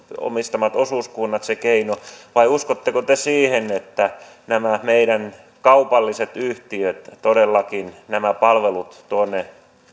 omistamat osuuskunnat se keino vai uskotteko te siihen että nämä meidän kaupalliset yhtiöt todellakin nämä palvelut tuonne